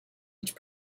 each